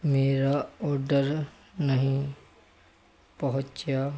ਮੇਰਾ ਓਡਰ ਨਹੀਂ ਪਹੁੰਚਿਆ